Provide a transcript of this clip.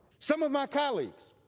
some of my colleagues,